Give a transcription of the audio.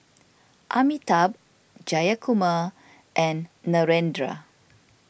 Amitabh Jayakumar and Narendra